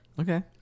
okay